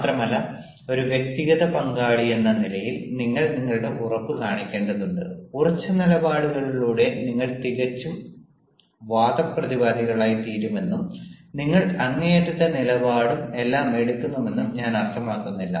മാത്രമല്ല ഒരു വ്യക്തിഗത പങ്കാളിയെന്ന നിലയിൽ നിങ്ങൾ നിങ്ങളുടെ ഉറപ്പ് കാണിക്കേണ്ടതുണ്ട് ഉറച്ച നിലപാടിലൂടെ നിങ്ങൾ തികച്ചും വാദപ്രതിവാദികളായിത്തീരുമെന്നും നിങ്ങൾ അങ്ങേയറ്റത്തെ നിലപാടും എല്ലാം എടുക്കുമെന്നും ഞാൻ അർത്ഥമാക്കുന്നില്ല